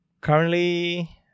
currently